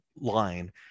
line